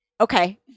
Okay